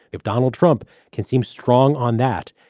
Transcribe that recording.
if donald trump can seem strong on that,